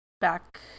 back